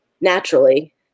naturally